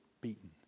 beaten